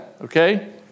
Okay